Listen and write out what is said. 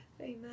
Amen